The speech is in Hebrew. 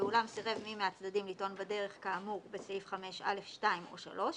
ואולם סירב מי מהצדדים להידון בדרך כאמור בסעיף 5(א)(2) או (3),